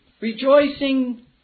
Rejoicing